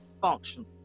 functional